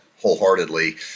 wholeheartedly